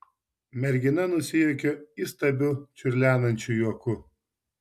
mergina nusijuokė įstabiu čiurlenančiu juoku